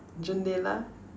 jandela